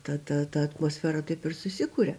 ta ta ta atmosfera taip ir susikuria